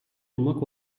bulmak